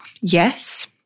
Yes